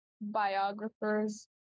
biographer's